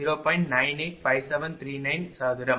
985739 சதுரம்